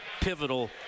pivotal